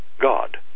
God